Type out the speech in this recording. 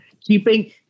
Keeping